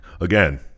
Again